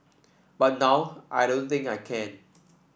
but now I don't think I can